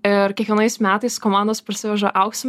ir kiekvienais metais komandos parsiveža aukso